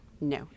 no